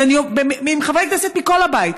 עם חברי כנסת מכל הבית.